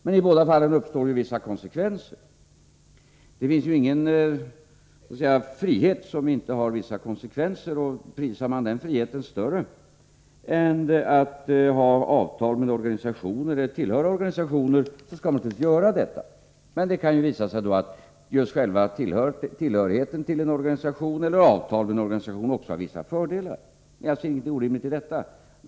Men i båda fallen blir det vissa konsekvenser — det finns ju ingen frihet som inte har konsekvenser. Skattar man den friheten högre än att ha avtal med eller att tillhöra organisationer skall man naturligtvis handla därefter. Men det kan visa sig att just själva tillhörigheten till en organisation eller avtalet med en organisation också har vissa fördelar. Det är alltså ingenting orimligt i detta.